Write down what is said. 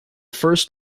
first